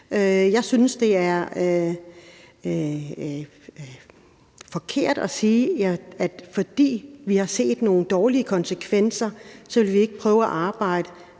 Jeg synes, at det er forkert at sige, at vi, fordi vi har set nogle dårlige konsekvenser, ikke vil prøve at arbejde